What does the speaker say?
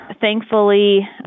thankfully